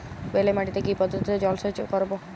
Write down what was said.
বেলে মাটিতে কি পদ্ধতিতে জলসেচ করব?